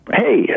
hey